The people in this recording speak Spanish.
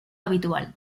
habitual